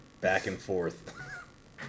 back-and-forth